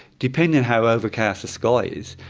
depending how overcast the sky is,